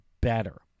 better